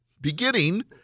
beginning